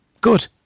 Good